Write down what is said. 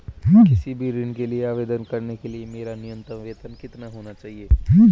किसी भी ऋण के आवेदन करने के लिए मेरा न्यूनतम वेतन कितना होना चाहिए?